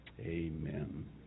Amen